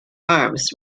arms